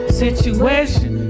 situation